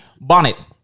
Bonnet